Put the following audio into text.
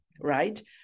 right